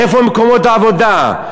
איפה מקומות העבודה?